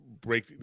break